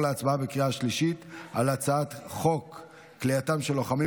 בקריאה שלישית על הצעת חוק כליאתם של לוחמים